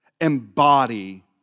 embody